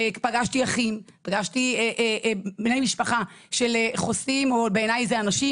אחים ובני משפחה של חוסים -- בעיניי זה אנשים,